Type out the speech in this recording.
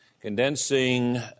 condensing